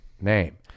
name